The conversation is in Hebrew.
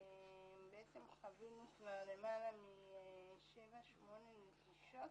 בעצם חווינו כבר למעלה משבע-שמונה נטישות,